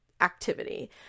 activity